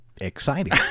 Exciting